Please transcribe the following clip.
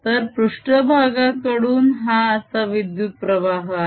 तर पृष्ट्भागाकडून हा असा विद्युत प्रवाह आहे